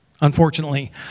unfortunately